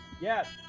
yes